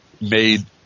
made